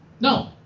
No